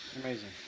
Amazing